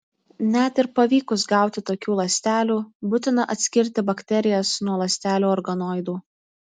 net ir pavykus gauti tokių ląstelių būtina atskirti bakterijas nuo ląstelių organoidų